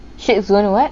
syed's gonna what